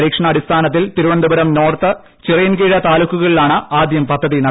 പരീക്ഷണാടിസ്ഥാനത്തിൽ തിരുവനന്തപുരം നോർത്ത് ചിറയിൻകീഴ് താലൂക്കുകളിലാണ് ആദ്യം പദ്ധതി നടപ്പാക്കുക